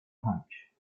punch